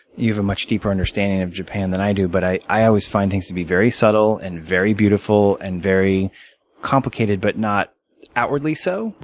you have a much deeper understanding of japan than i do, but i i always find things to be very subtle and very beautiful and very complicated but not outwardly so. right,